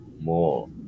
more